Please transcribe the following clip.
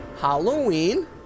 Halloween